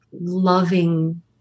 loving